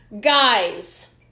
Guys